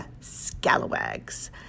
Scalawags